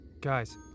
Guys